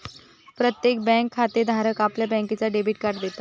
प्रत्येक बँक खातेधाराक आपल्या बँकेचा डेबिट कार्ड देता